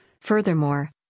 Furthermore